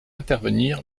intervenir